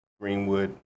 Greenwood